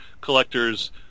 collectors